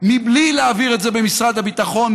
בלי להעביר את זה במשרד הביטחון,